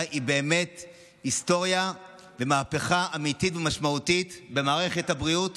היא באמת היסטוריה ומהפכה אמיתית ומשמעותית במערכת הבריאות